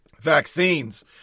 vaccines